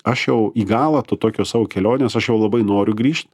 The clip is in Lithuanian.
aš jau į galą to tokios savo kelionės aš jau labai noriu grįžt